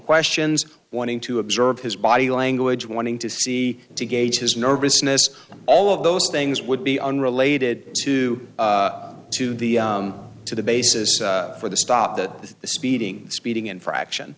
questions wanting to observe his body language wanting to see to gauge his nervousness all of those things would be unrelated to to the to the basis for the stop that speeding speeding infraction